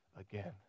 again